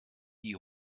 die